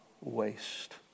waste